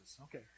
Okay